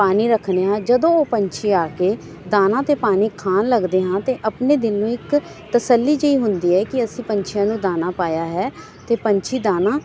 ਪਾਣੀ ਰੱਖਣੇ ਹਾਂ ਜਦੋਂ ਉਹ ਪੰਛੀ ਆ ਕੇ ਦਾਣਾ ਅਤੇ ਪਾਣੀ ਖਾਣ ਲੱਗਦੇ ਹਾਂ ਅਤੇ ਆਪਣੇ ਦਿਲ ਨੂੰ ਇੱਕ ਤਸੱਲੀ ਜਿਹੀ ਹੁੰਦੀ ਹੈ ਕਿ ਅਸੀਂ ਪੰਛੀਆਂ ਨੂੰ ਦਾਣਾ ਪਾਇਆ ਹੈ ਅਤੇ ਪੰਛੀ ਦਾਣਾ